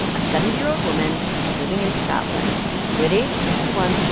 a seventy year old woman living in scotland who, at age sixty one,